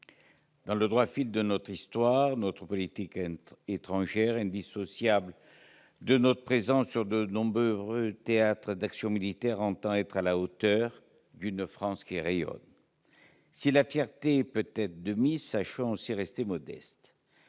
Dans le droit fil de notre histoire, notre politique étrangère, indissociable de notre présence sur de nombreux théâtres d'actions militaires, entend être à la hauteur d'une France qui rayonne. Si la fierté peut être de mise, sachons aussi rester modestes.